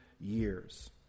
years